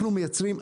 אנחנו מייצרים,